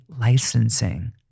licensing